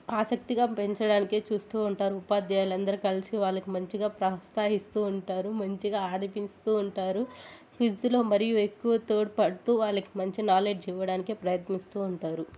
ఆసక్తిగా పెంచడానికే చూస్తూ ఉంటారు ఉపాధ్యాయులు అందరూ కలిసి వాళ్ళకి మంచిగా ప్రోత్సాహిస్తూ ఉంటారు మంచిగా ఆడిపిస్తూ ఉంటారు క్విజ్లో మరియు ఎక్కువ తోడ్పడుతూ వాళ్ళకి మంచి నాలెడ్జ్ ఇవ్వడానికే ప్రయత్నిస్తూ ఉంటారు